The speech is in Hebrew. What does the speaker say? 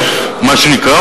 מה שנקרא,